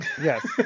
yes